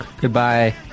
Goodbye